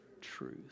Truth